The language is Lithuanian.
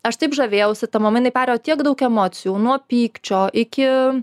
aš taip žavėjausi ta mama jinai perėjo tiek daug emocijų nuo pykčio iki